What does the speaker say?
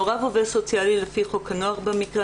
מעורב עובד סוציאלי לפי חוק הנוער במקרה.